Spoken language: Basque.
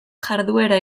jarduera